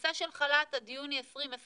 הנושא של חל"ת עד יוני 2021,